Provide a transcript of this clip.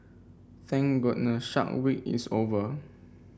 thank goodness Shark Week is over